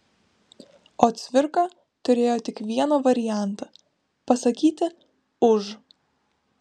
o cvirka turėjo tik vieną variantą pasakyti už